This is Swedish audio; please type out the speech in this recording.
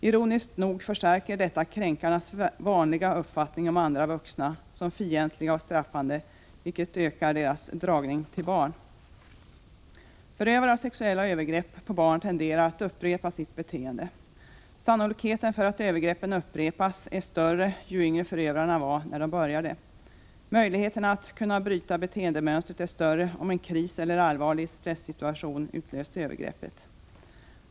Ironiskt nog förstärker detta kränkarnas uppfattning om andra vuxna som fientliga och straffande, vilket ökar deras dragning till barn. Förövare av sexuella övergrepp mot barn tenderar att upprepa sitt beteende. Sannolikheten för att övergreppen upprepas är större ju yngre förövaren var när han började. Möjligheterna att bryta beteendemönstret är större om en kris eller allvarliga pressituationer utlöste övergreppen.